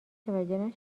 متوجه